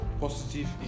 Positive